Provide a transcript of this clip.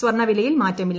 സ്വർണ്ണവിലയിൽ മാറ്റമില്ല